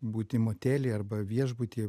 būti motelyje arba viešbutyje